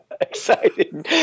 Exciting